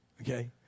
okay